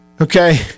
Okay